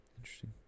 Interesting